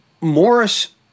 Morris